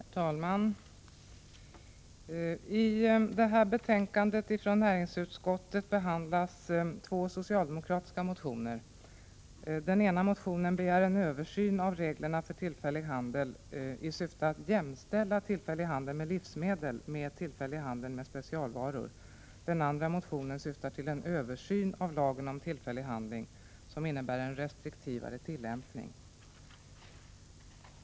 Herr talman! I det här betänkandet från näringsutskottet behandlas två socialdemokratiska motioner. I den ena motionen begärs en översyn av reglerna för tillfällig handel i syfte att lagmässigt jämställa tillfällig handel med livsmedel med tillfällig handel med specialvaror. I den andra motionen hemställs om en översyn av lagen om tillfällig handel med sikte på en restriktivare tillämpning.